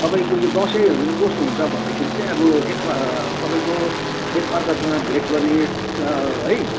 तपाईँको यो दसैँहरूमा चाहिँ कस्तो हुन्छ भन्दाखेरि अब एक तपाईँको एक अर्कासँग भेट गर्ने है